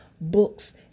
books